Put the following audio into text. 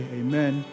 amen